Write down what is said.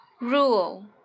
Rule